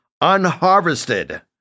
unharvested